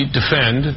defend